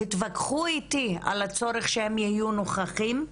התווכחו איתי על הצורך שהם יהיו נוכחים,